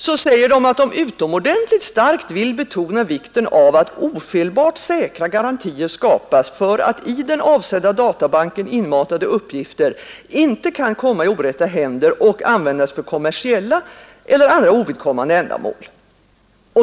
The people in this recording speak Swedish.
så säger förbundet att man utomordentligt starkt vill betona vikten av att ofelbart säkra garantier skapas för att i den avsedda databanken inmatade uppgifter inte kan komma i orätta händer och användas för kommersiella eller andra ovidkommande ändamäl.